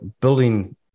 building